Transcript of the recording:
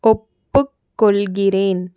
ஒப்புக்கொள்கிறேன்